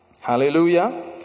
Hallelujah